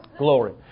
glory